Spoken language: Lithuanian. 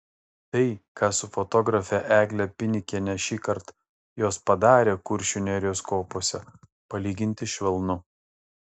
tai ką su fotografe egle pinikiene šįkart jos padarė kuršių nerijos kopose palyginti švelnu